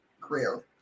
career